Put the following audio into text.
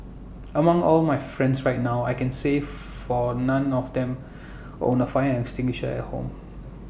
among all my friends right now I can say for none of them owns A fire extinguisher at home